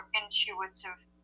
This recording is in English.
intuitive